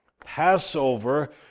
Passover